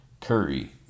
curry